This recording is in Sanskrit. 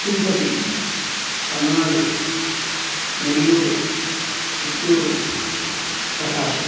तिरुपति पन्नाडु नेल्लूरु चित्तूरु प्रकाश